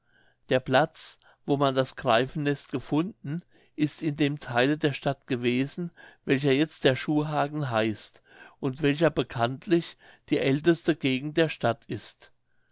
der platz wo man das greifennest gefunden ist in dem theile der stadt gewesen welcher jetzt der schuhhagen heißt und welcher bekanntlich die älteste gegend der stadt ist